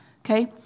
okay